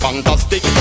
Fantastic